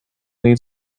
need